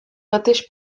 mateix